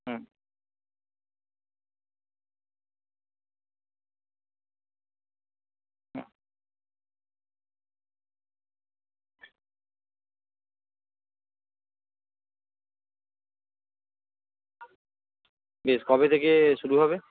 হুম হুম বেশ কবে থেকে শুরু হবে